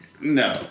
No